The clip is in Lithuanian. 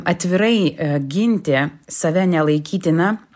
atvirai ginti save nelaikytina